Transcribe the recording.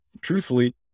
truthfully